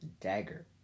dagger